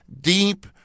deep